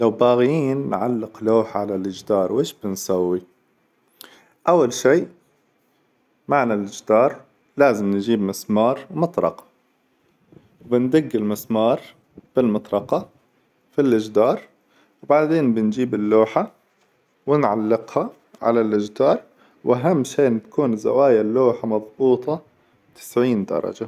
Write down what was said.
لو باغيين نعلق لوحة على الجدار وش بنسوي؟ أول شي معنا الجدار لازم نجيب مسمار ومطرقة، وندق المسمار بالمطرقة في الجدار، وبعدين بنجيب اللوحة ونعلقها على الجدار، وأهم شي تكون زوايا اللوحة مظبوطة تسعين درجة.